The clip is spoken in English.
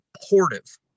supportive